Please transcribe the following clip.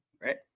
right